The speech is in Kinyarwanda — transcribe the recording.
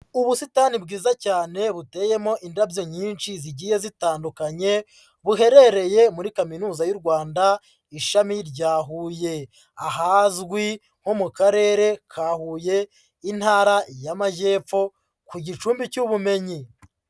Ubusitani bwiza cyane buteyemo indabyo nyinshi zigiye zitandukanye, buherereye muri Kaminuza y'u Rwanda ishami rya Huye, ahazwi nko mu karere ka Huye Intara y'Amajyepfo ku gicumbi cy'ubumenyi.